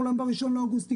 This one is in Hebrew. אמרו להם שב-1 באוגוסט ייכנס.